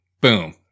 boom